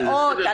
מאות?